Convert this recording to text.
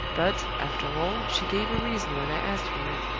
but, after all, she gave a reason when i asked for it.